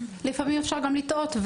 לפעמים אפשר גם לטעות,